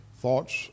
thoughts